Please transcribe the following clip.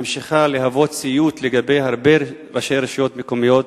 ממשיכה להוות סיוט לגבי הרבה ראשי רשויות מקומיות